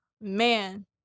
man